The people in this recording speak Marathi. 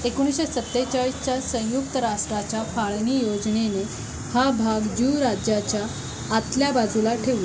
एकोणीसशे सत्तेचाळीसच्या संयुक्त राष्ट्राच्या फाळणी योजनेने हा भाग ज्यू राज्याच्या आतल्या बाजूला ठेवला